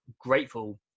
grateful